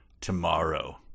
tomorrow